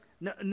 No